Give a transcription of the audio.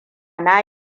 na